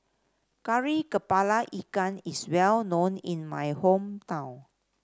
Kari kepala Ikan is well known in my hometown